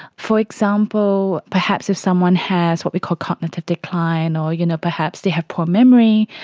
for example, perhaps if someone has what we call cognitive decline or you know perhaps they have poor memory,